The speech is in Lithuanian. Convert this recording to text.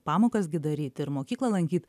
pamokas gi daryt ir mokyklą lankyt